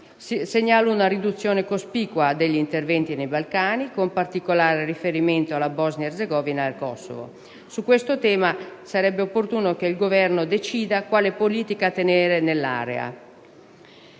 segnalo una riduzione cospicua degli interventi nei Balcani, con particolare riferimento alla Bosnia-Erzegovina e al Kosovo. Su questo tema sarebbe opportuno che il Governo decidesse quale politica tenere nell'area.